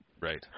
Right